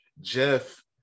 Jeff